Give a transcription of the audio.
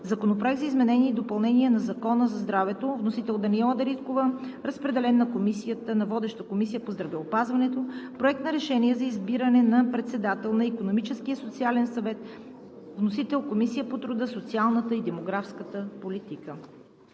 Законопроект за изменение и допълнение на Закона за здравето. Вносител е народният представител Даниела Дариткова. Разпределен е на водещата Комисия по здравеопазването. Проект на решение за избиране на председател на Икономическия и социален съвет. Вносител е Комисията по труда, социалната и демографската политика.